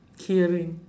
hearing